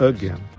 Again